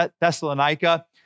Thessalonica